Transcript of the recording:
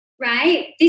right